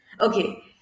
Okay